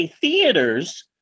theaters